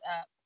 up